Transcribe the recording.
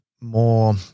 more